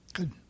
Good